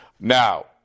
Now